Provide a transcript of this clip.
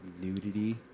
nudity